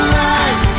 life